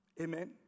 Amen